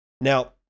Now